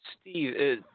Steve